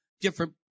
different